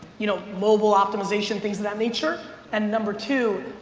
you know, mobile optimization, things of that nature and number two,